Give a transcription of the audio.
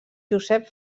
josep